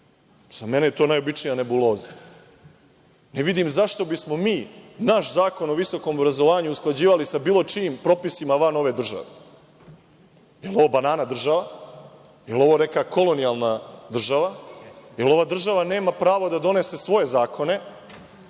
Za mene je to najobičnija nebuloza. Ne vidim zašto bismo mi naš Zakon o visokom obrazovanju usklađivali sa bilo čijim propisima van ove države? Jel ovo „banana država“? Jel ovo neka kolonijalna država? Jel ova država nema pravo da donese svoje zakone,